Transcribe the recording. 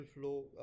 flow